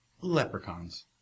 leprechauns